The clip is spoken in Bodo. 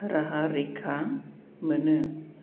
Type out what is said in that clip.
राहा रैखा मोनो